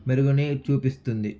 మెరుగుని చూపిస్తుంది